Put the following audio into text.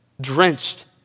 drenched